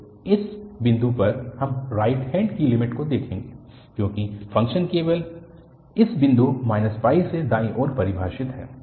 तो इस बिंदु पर हम राइट हैन्ड की लिमिट को देखेंगे क्योंकि फ़ंक्शन केवल इस बिंदु से दाईं ओर परिभाषित है